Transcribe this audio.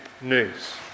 news